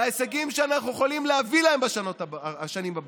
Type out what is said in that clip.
וההישגים שאנחנו יכולים להביא להם בשנים הבאות